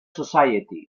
society